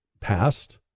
past